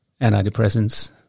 antidepressants